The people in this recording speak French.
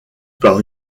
par